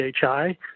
PHI